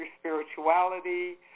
spirituality